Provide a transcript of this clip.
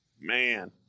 man